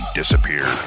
disappear